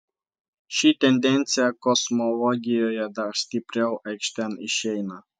ši tendencija kosmologijoje dar stipriau aikštėn išeina